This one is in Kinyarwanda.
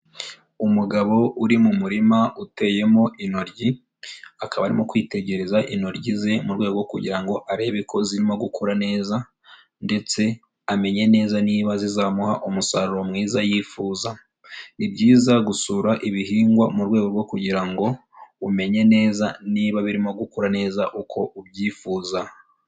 Umugabo uri mu murima uteyemo intoryi, akaba arimo kwitegereza intoryi ze mu rwego kugira ngo arebe ko zirimo gukura neza, ndetse amenye neza niba zizamuha umusaruro mwiza yifuza, ni byiza gusura ibihingwa mu rwego rwo kugira ngo umenye neza, niba birimo gukura neza uko ubyifuza.